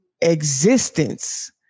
existence